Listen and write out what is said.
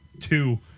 two